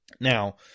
Now